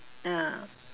ya